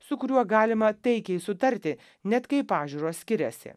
su kuriuo galima taikiai sutarti net kai pažiūros skiriasi